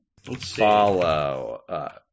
Follow